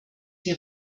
die